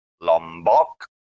Lombok